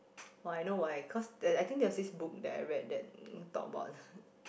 oh I know why cause there I think there was this book that I read that talk about